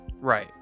right